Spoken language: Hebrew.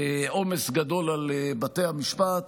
עומס גדול על בתי המשפט.